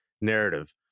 narrative